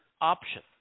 option